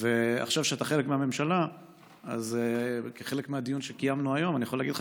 עכשיו שאתה חלק מהממשלה אז כחלק מהדיון שקיימנו היום אני יכול להגיד לך